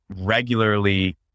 regularly